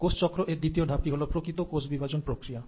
কোষ চক্র এর দ্বিতীয় ধাপটি হল প্রকৃত কোষ বিভাজন প্রক্রিয়া